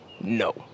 no